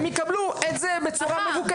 הן יקבלו את זה בצורה מבוקרת.